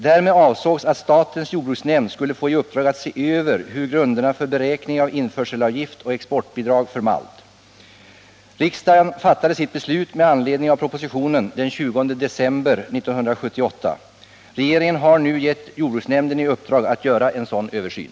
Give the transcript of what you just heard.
Därmed avsågs att statens jordbruksnämnd skulle få i uppdrag att se över grunderna för beräkning av införselavgift och exportbidrag för malt. Regeringen har nu gett jordbruksnämnden i uppdrag att göra en sådan översyn.